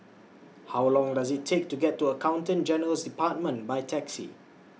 How Long Does IT Take to get to Accountant General's department By Taxi